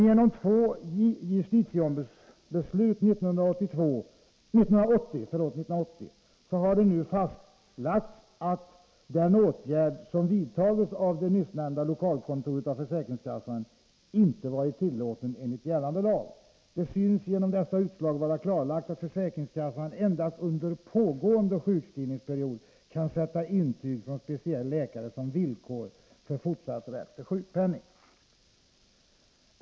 Genom två JO-beslut 1980 har det nu fastlagts att den åtgärd som vidtogs av det nyssnämnda lokalkontoret av försäkringskassan inte var tillåten enligt gällande lag. Det synes genom dessa utslag vara klarlagt att försäkringskassan endast under pågående sjukskrivningsperiod kan sätta intyg från speciell läkare som villkor för fortsatt rätt till sjukpenning.